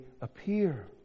appear